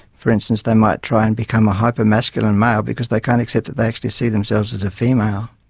for instance, they might try and become a hyper-masculine male because they can't accept that they actually see themselves as a female.